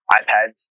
iPads